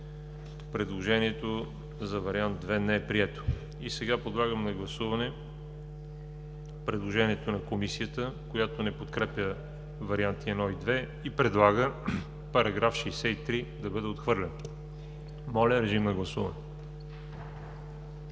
Предложението за вариант II не е прието. И сега подлагам на гласуване предложението на Комисията, която не подкрепя варианти I и II и предлага § 63 да бъде отхвърлен. Гласували